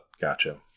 Gotcha